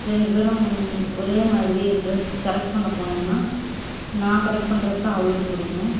ரெண்டு பேரும் ஒரே மாதிரி ட்ரெஸ் செலெக்ட் பண்ண போனோம்னால் நான் செலெக்ட் பண்ணுறது தான் அவளுக்கு பிடிக்கும்